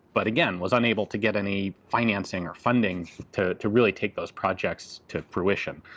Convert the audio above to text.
but again was unable to get any financing or funding to to really take those projects to fruition.